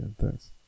Thanks